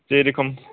जेरेखम